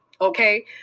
Okay